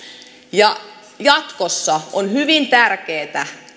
jatkossa on hyvin tärkeätä